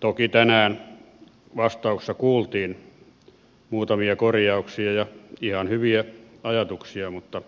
toki tänään vastauksissa kuultiin muutamia korjauksia ja ihan hyviä ajatuksia mutta